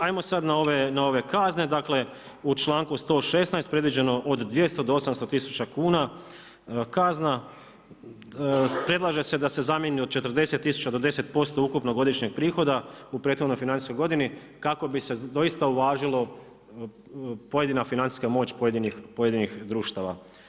I ajmo sada na ove kazne, dakle u članku 116. predviđeno od 200 do 800 tisuća kuna kazna predlaže se da se zamjeni od 40 tisuća do 10% ukupnog godišnjeg prihoda u prethodnoj financijskoj godini kako bi se doista uvažilo pojedina financijska moć pojedinih društava.